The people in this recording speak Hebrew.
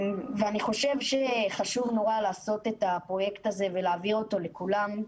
אני חושב שחשוב נורא לעשות את הפרויקט הזה ולהעביר אותו לכולם,